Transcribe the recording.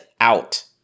out